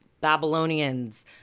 Babylonians